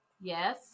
Yes